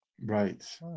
Right